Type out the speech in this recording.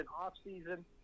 Off-season